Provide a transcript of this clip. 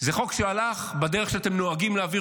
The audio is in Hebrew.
זה חוק שהוא הלך בדרך שאתם נוהגים להעביר